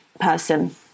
person